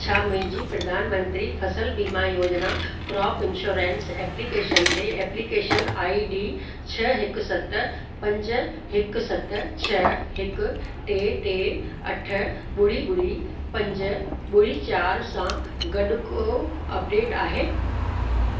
छा मुंहिंजी Pradhan Mantri Fasal Bima Yojana crop insurance application ते एप्लीकेशन आई डी छह हिकु सत पंज हिकु सत छ्ह हिकु टे टे अठ ॿुड़ी ॿुड़ी पंज ॿुड़ी चार सां गॾु को अपडेट आहे